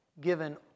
given